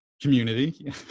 community